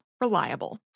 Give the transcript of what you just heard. reliable